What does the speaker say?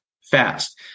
fast